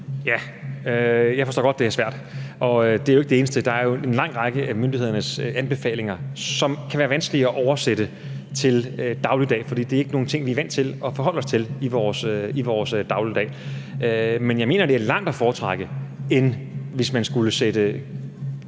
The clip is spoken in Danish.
Ja, jeg forstår godt, det er svært. Og det er jo ikke det eneste. Der er jo en lang række af myndighedernes anbefalinger, som kan være vanskelige at oversætte til dagligdag, for det er ikke ting, vi er vant til at forholde os til i vores dagligdag. Men jeg mener, det er langt at foretrække, i forhold til hvis man skulle sætte